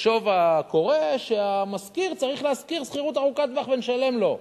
יחשוב הקורא שהמשכיר צריך להשכיר שכירות ארוכת טווח ונשלם לו.